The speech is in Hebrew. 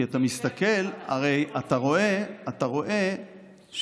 כי אתה מסתכל ואתה רואה שההתקפות